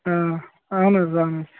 اَہَن حظ